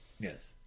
Yes